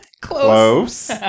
Close